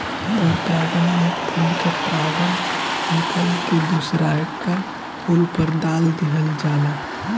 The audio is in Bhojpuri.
पर परागण में एक फूल के परागण निकल के दुसरका फूल पर दाल दीहल जाला